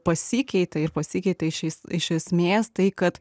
pasikeitė ir pasikeitė iš es iš esmės tai kad